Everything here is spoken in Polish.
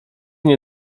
nie